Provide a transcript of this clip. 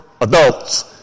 adults